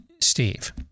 steve